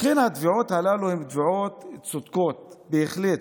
לכן התביעות הללו הן תביעות צודקות בהחלט,